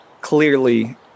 clearly